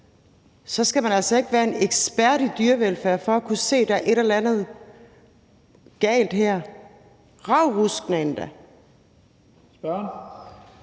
skal man altså ikke være ekspert i dyrevelfærd for at kunne se, at der er et eller andet galt her – endda